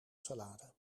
salade